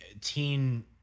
teen